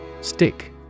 Stick